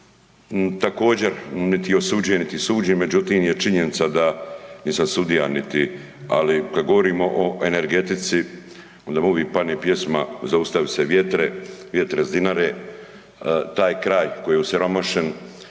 također niti osuđujem niti sudim, međutim je činjenica da nisam sudija niti, ali kada govorimo o energetici onda mi uvijek pane pjesma zaustavi se vjetre „Vjetre s Dinare“ taj kraj koji je osiromašen,